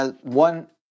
one